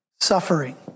suffering